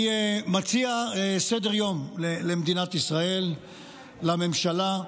אני מציע סדר-יום למדינת ישראל, לממשלה: